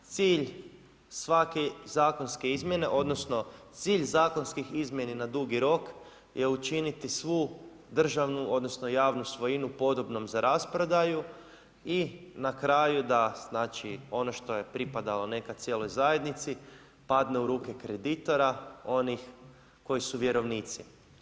Cilj svake zakonske izmjene, odnosno cilj zakonskih izmjena na dugi rok je učiniti svu državnu odnosno javnu svojinu podobnom za rasprodaju i na kraju da, znači ono što je pripadalo nekad cijeloj zajednici padne u ruke kreditora onih koji su vjerovnici.